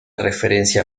referencia